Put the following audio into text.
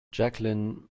jacqueline